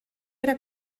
era